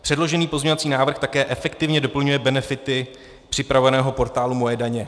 Předložený pozměňovací návrh také efektivně doplňuje benefity připravovaného portálu MOJE daně.